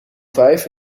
vijf